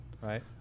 Right